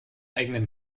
eigenen